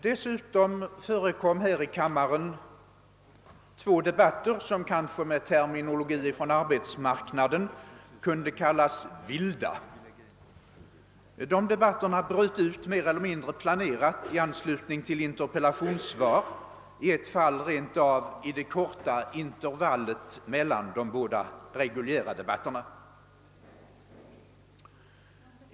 Dessutom förekom här i kammaren två debatter som kanske med terminologin från arbetsmarknaden kunde kallas vilda. De bröt ut mer eller mindre planerat i anslutning till interpellationssvar, i ett fall rent av i det korta intervallet mellan de båda reguljära debatterna.